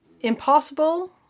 impossible